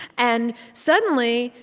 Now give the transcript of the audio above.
and suddenly,